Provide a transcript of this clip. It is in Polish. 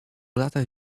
latach